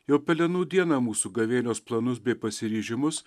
jau pelenų dieną mūsų gavėnios planus bei pasiryžimus